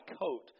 coat